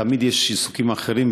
תמיד יש עיסוקים אחרים,